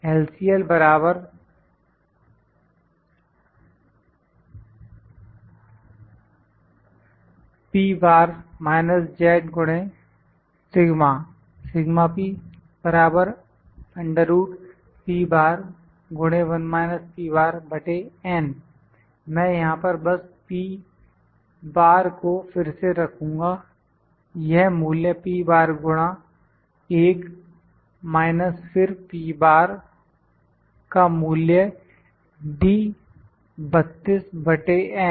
LCL मैं यहां पर बस p बार को फिर से रखूंगा यह मूल्य गुणा 1 माइनस फिर का मूल्य D 32 बटे n